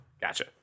Gotcha